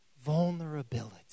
vulnerability